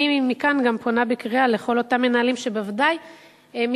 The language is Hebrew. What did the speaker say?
אני פונה גם מכאן בקריאה לכל אותם מנהלים שבוודאי מתהדרים,